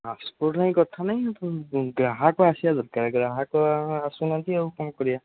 passport ପାଇଁ କଥା ନାଇଁ ଆପଣ ଗ୍ରାହକ ଆସିବା ଦରକାର ଗ୍ରାହକ ଆସୁନାହାନ୍ତି ଆଉ କ'ଣ କରିବା